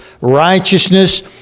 righteousness